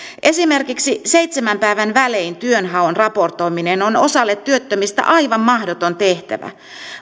esimerkiksi seitsemän päivän välein työnhaun raportoiminen on osalle työttömistä aivan mahdoton tehtävä